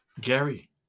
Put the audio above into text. Gary